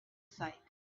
side